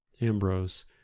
ambrose